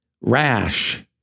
rash